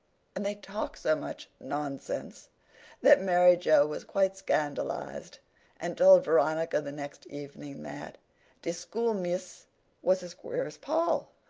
and they talked so much nonsense that mary joe was quite scandalized and told veronica the next evening that de school mees was as queer as paul.